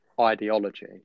ideology